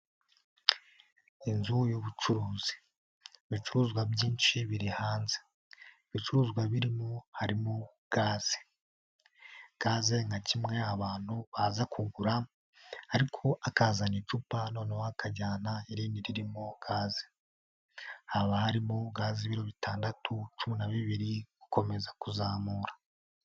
Inzu y'ubucuruzi. Ibicuruzwa byinshi biri hanze. Ibicuruzwa birimo harimo gaze. Gaze nka kimwe abantu baza kugura ariko akazana icupa noneho akajyana irindi ririmo gaze. Haba harimo gazi y'ibiro bitandatu, cumi na bibiri, gukomeza kuzamura.